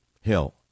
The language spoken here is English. hill